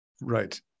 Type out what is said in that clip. Right